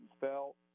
felt